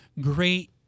great